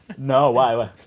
no, why?